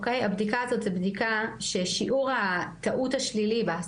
הבדיקה הזאת זו בדיקה ששיעור הטעות השלילי בה,